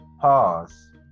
Pause